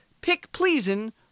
pick-pleasin